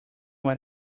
what